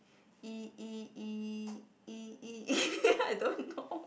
E E E E E I don't know